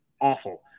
awful